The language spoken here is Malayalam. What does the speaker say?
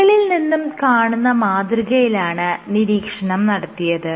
മുകളിൽ നിന്നും കാണുന്ന മാതൃകയിലാണ് നിരീക്ഷണം നടത്തിയത്